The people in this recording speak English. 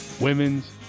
women's